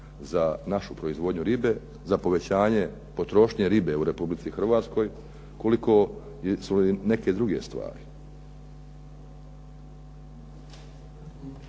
za našu proizvodnju ribe, za povećanje potrošnje ribe u RH, koliko su neke druge stvari.